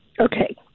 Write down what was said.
Okay